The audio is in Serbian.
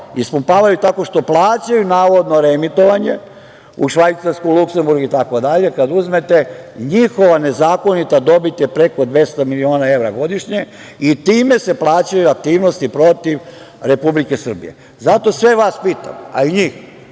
ispumpavaju tako što plaćaju, navodno, reemitovanje u Švajcarsku, Luksemburg itd. Kada uzmete, njihova nezakonita dobit je preko 200 miliona evra godišnje i time se plaćaju aktivnosti protiv Republike Srbije. Zato sve vas pitam, a i njih,